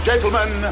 Gentlemen